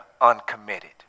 uncommitted